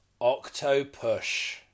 Octopush